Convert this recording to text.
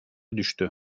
düştü